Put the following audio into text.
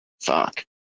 fuck